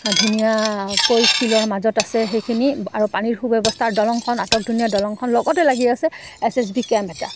ধুনীয়াকৈ শিলৰ মাজত আছে সেইখিনি আৰু পানীৰ সু ব্যৱস্থাৰ দলংখন আটক ধুনীয়া দলংখন লগতে লাগি আছে এছ এছ বি কেম্প এটা